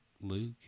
Luke